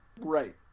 Right